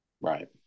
Right